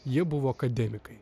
jie buvo akademikai